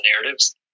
narratives